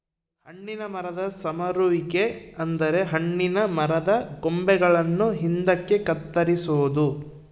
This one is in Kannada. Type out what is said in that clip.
ಹಣ್ಣಿನ ಮರದ ಸಮರುವಿಕೆ ಅಂದರೆ ಹಣ್ಣಿನ ಮರದ ಕೊಂಬೆಗಳನ್ನು ಹಿಂದಕ್ಕೆ ಕತ್ತರಿಸೊದು